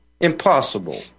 Impossible